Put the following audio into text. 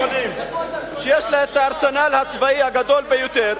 שיש לה הארסנל הצבאי הגדול ביותר,